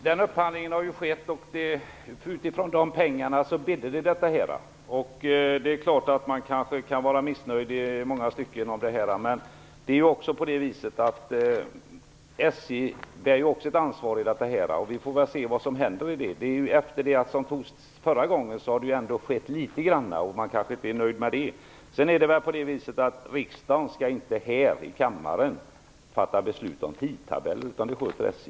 Herr talman! Den här upphandlingen har skett. Med de pengar som man hade blev det så här. Det är klart att man kan vara missnöjd med mycket, men SJ har också ett ansvar. Vi får väl se vad som händer. Det har ändå skett litet grand sedan sist. Men man kanske inte är nöjd med det. Sedan skall riksdagen inte fatta beslut om tidtabeller. Det sköter SJ.